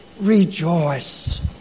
Rejoice